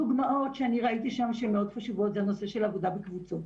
דוגמאות שראיתי שם שהן מאוד חשובות זה הנושא של עבודה בקבוצות,